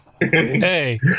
Hey